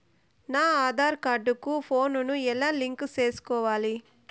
నా ఆధార్ కార్డు కు ఫోను ను ఎలా లింకు సేసుకోవాలి?